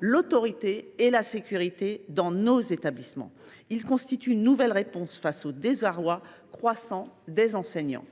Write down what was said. l’autorité et la sécurité dans nos établissements, une nouvelle réponse face au désarroi croissant des enseignants.